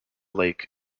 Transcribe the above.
lake